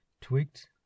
tweaked